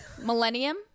Millennium